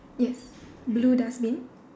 yes blue dustbin